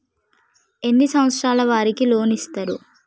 ఎన్ని సంవత్సరాల వారికి లోన్ ఇస్తరు?